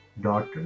daughter